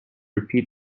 repeat